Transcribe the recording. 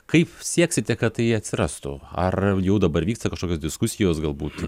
kaip sieksite kad ji atsirastų ar jau dabar vyksta kažkokios diskusijos galbūt